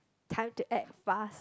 time to act fast